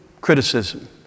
criticism